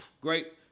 Great